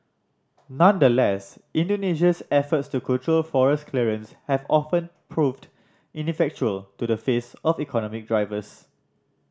nonetheless Indonesia's efforts to control forest clearance have often proved ineffectual to the face of economic drivers